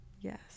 yes